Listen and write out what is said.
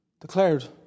declared